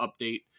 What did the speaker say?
update